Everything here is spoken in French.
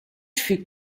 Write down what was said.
fut